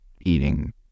eating